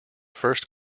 first